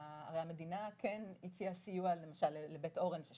המדינה כן הציעה סיוע לבית אורן אחרי